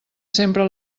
sempre